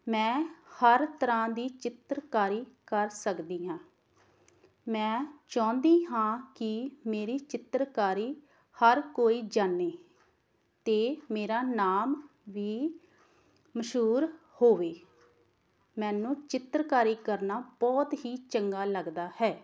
ਮੈਂ ਹਰ ਤਰ੍ਹਾਂ ਦੀ ਚਿੱਤਰਕਾਰੀ ਕਰ ਸਕਦੀ ਹਾਂ ਮੈਂ ਚਾਹੁੰਦੀ ਹਾਂ ਕਿ ਮੇਰੀ ਚਿੱਤਰਕਾਰੀ ਹਰ ਕੋਈ ਜਾਣੇ ਅਤੇ ਮੇਰਾ ਨਾਮ ਵੀ ਮਸ਼ਹੂਰ ਹੋਵੇ ਮੈਨੂੰ ਚਿੱਤਰਕਾਰੀ ਕਰਨਾ ਬਹੁਤ ਹੀ ਚੰਗਾ ਲੱਗਦਾ ਹੈ